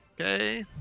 Okay